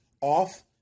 off